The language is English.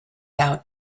out